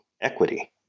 equity